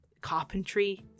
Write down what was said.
carpentry